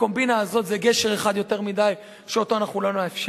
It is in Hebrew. הקומבינה הזאת זה גשר אחד יותר מדי שאותו אנחנו לא נאפשר.